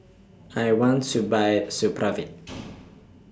I want to Buy Supravit